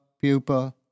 pupa